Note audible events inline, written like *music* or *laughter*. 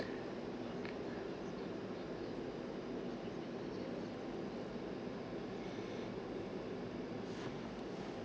*breath*